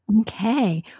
okay